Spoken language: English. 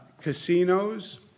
Casinos